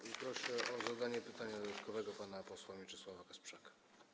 I proszę o zadanie pytania dodatkowego pana posła Mieczysława Kasprzaka.